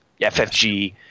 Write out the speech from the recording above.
FFG